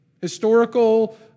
historical